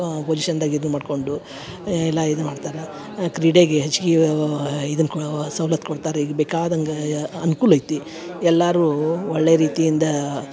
ಪೊಜಿಷನ್ದಾಗ ಇದ್ದು ಮಾಡ್ಕೊಂಡು ಎಲ್ಲಾ ಇದು ಮಾಡ್ತಾರೆ ಕ್ರೀಡೆಗೆ ಹೆಚ್ಗಿ ಇದು ಇದುನ್ನ ಕೊಡೋ ಸೌಲತ್ತು ಕೊಡ್ತಾರೆ ಈಗ ಬೇಕಾದಂಗಾ ಅನುಕೂಲ ಐತಿ ಎಲ್ಲಾರೂ ಒಳ್ಳೆಯ ರೀತಿಯಿಂದ